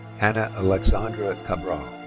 hannah alexandra cabral.